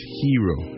hero